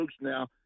now